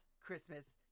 Christmas